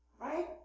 right